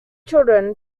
children